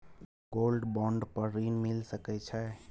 Gold bond पर ऋण मिल सके छै?